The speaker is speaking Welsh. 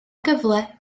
gyfle